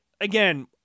Again